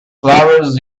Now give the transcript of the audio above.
flowers